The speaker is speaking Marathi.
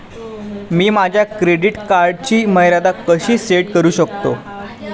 मी माझ्या क्रेडिट कार्डची मर्यादा कशी सेट करू शकतो?